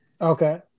Okay